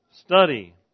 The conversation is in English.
Study